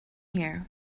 here